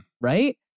right